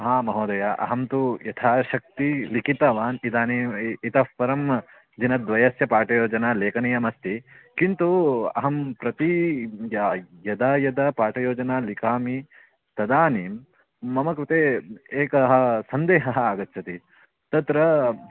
हा महोदय अहं तु यथाशक्ति लिखितवान् इदानीम् इ इतः परं दिनद्वयस्य पाठयोजना लेखनीया अस्ति किन्तु अहं प्रति य यदा यदा पाठयोजनां लिखामि तदानीं मम कृते एकः सन्देहः आगच्छति तत्र